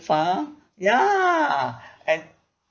far ya and